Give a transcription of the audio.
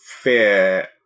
fear